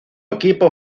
equipo